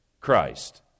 Christ